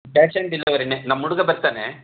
cash on ಡೆಲಿವರಿನೇ ನಮ್ಮ ಹುಡುಗ ಬರ್ತಾನೆ